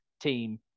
team